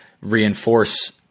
reinforce